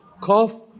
cough